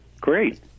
great